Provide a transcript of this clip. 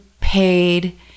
paid